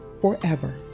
forever